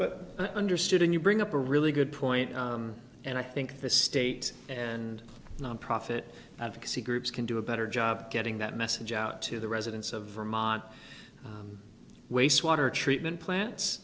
but i understood and you bring up a really good point and i think the state and nonprofit advocacy groups can do a better job of getting that message out to the residents of vermont wastewater treatment plants